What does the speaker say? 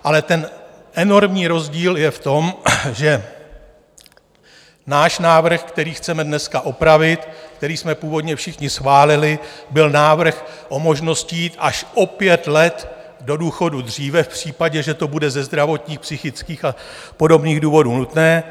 Ale ten enormní rozdíl je v tom, že náš návrh, který chceme dneska opravit, který jsme původně všichni schválili, byl návrh o možností jít až opět let do důchodu dříve v případě, že to bude ze zdravotních, psychických a podobných důvodů nutné.